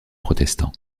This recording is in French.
protestant